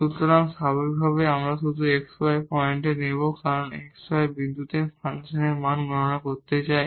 সুতরাং স্বাভাবিকভাবেই আমরা শুধু x y পয়েন্ট নেব কারণ আমরা x y বিন্দুতে ফাংশনের মান গণনা করতে চাই